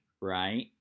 right